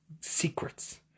secrets